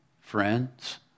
friends